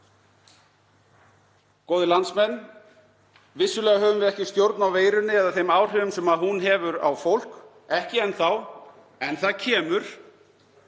Góðir landsmenn. Vissulega höfum við ekki stjórn á veirunni, eða þeim áhrifum sem hún hefur á fólk. Ekki enn þá. En það kemur.